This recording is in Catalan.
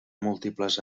múltiples